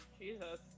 Jesus